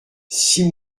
six